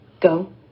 Go